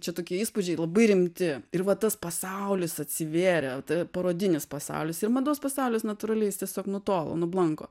čia tokie įspūdžiai labai rimti ir va tas pasaulis atsivėrė parodinis pasaulis ir mados pasaulis natūraliai jis tiesiog nutolo nublanko